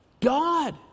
God